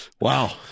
Wow